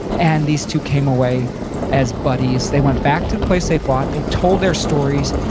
and these two came away as buddies. they went back to the place they fought, they told their stories.